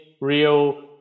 real